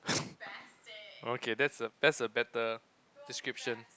okay that's a that's a better description